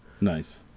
Nice